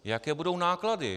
Jaké budou náklady?